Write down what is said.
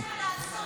מה יש לה לעשות שם?